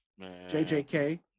JJK